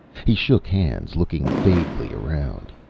he shook hands, looking vaguely around.